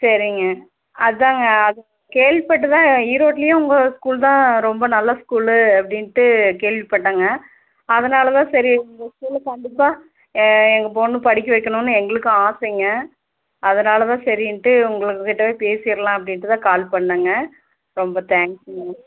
சரிங்க அதுதாங்க அது கேள்விப்பட்டு தான் ஈரோட்டுலயே உங்கள் ஸ்கூல் தான் ரொம்ப நல்ல ஸ்கூலு அப்படீண்டு கேள்விப்பட்டங்க அதனால தான் சரி உங்கள் ஸ்கூலில் கண்டிப்பாக எங்கள் பொண்ணை படிக்க வைக்கணும்னு எங்களுக்கும் ஆசைங்க அதனால தான் சரீண்டு உங்கள்கிட்ட பேசிரலாம் அப்படீண்டு தான் கால் பண்ணங்க ரொம்ப தேங்க்ஸ்ங்க